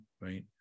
right